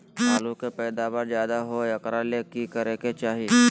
आलु के पैदावार ज्यादा होय एकरा ले की करे के चाही?